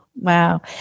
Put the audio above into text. Wow